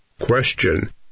Question